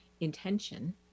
intention